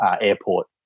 Airport